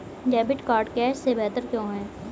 Debit card cash से बेहतर क्यों है?